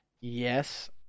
yes